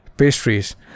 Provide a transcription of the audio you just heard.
Pastries